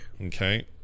Okay